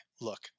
look